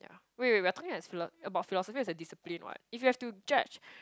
wait wait wait we are talking as philo~ about philosophy as a discipline what if we have to judge